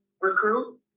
recruit